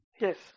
Yes